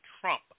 Trump